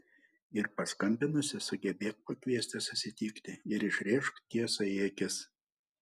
ir paskambinusi sugebėk pakviesti susitikti ir išrėžk tiesą į akis